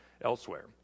elsewhere